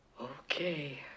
Okay